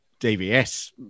dvs